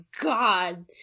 God